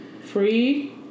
free